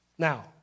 Now